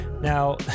Now